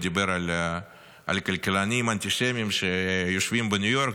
הוא דיבר על כלכלנים אנטישמים שיושבים בניו יורק,